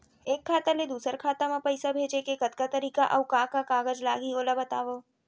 एक खाता ले दूसर खाता मा पइसा भेजे के कतका तरीका अऊ का का कागज लागही ओला बतावव?